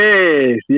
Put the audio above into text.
Yes